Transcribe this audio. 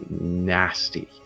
nasty